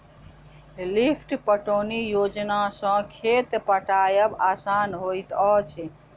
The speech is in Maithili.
लिफ्ट पटौनी योजना सॅ खेत पटायब आसान होइत अछि